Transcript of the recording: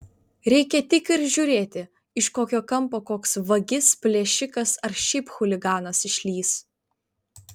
reikia tik ir žiūrėti iš kokio kampo koks vagis plėšikas ar šiaip chuliganas išlįs